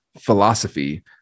philosophy